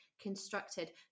constructed